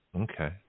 Okay